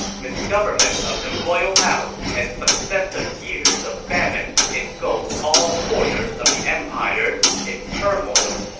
misgovernment of the royal house and successive years of famine engulfed all corners of the empire in turmoil.